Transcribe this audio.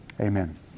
Amen